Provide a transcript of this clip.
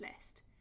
list